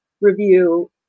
review